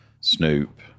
Snoop